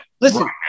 Listen